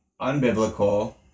unbiblical